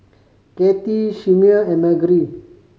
Kati Chimere and Margery